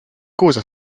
causes